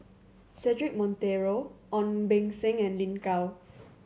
Cedric Monteiro Ong Beng Seng and Lin Gao